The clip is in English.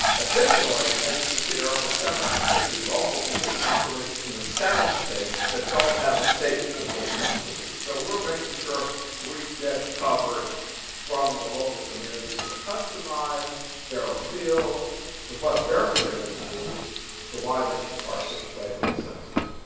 additionally, as you can see, there are over seven hundred and fifty local complete count committees in the seven states that don't have a state complete count committee. so we're making sure we get coverage from the local communities to customize their appeal to what their community needs to why they should participate in the census.